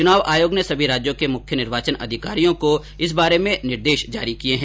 चुनाव आयोग ने सभी राज्यों के मुख्य ॅनिर्वाचन अधिकारियों को इस बारे में निर्देश जारी किए हैं